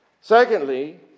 secondly